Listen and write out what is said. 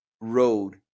road